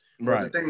Right